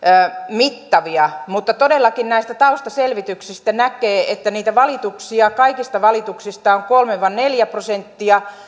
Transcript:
mittavia mutta todellakin näistä taustaselvityksistä näkee että niitä valituksia kaikista valituksista on kolme viiva neljä prosenttia